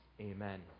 Amen